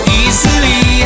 easily